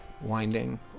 Winding